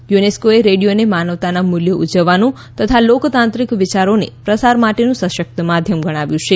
યુનેસ્કોએ રેડિયોને માનવતાના મુલ્યો ઉજવવાનું તથા લોકતાંત્રિક વિચારોના પ્રસાર માટેનું સશકત માધ્યમ ગણાવ્યું છે